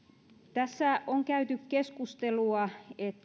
tässä on käyty keskustelua